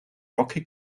rocky